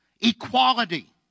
equality